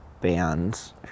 bands